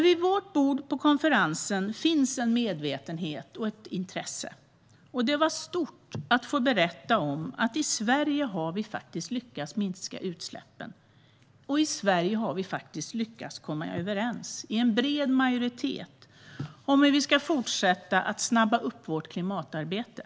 Vid vårt bord på konferensen fanns dock en medvetenhet och ett intresse. Det var stort att få berätta att i Sverige har vi faktiskt lyckats minska utsläppen. I Sverige har vi lyckats komma överens, i en bred majoritet, om hur vi ska fortsätta att snabba upp vårt klimatarbete.